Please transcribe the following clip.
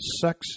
sex